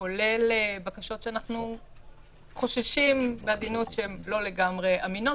כולל בקשות שאנחנו חוששים בעדינות שהן לא לגמרי אמינות,